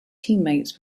teammates